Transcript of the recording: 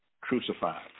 crucified